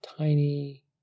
tiny